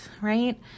right